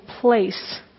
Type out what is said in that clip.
place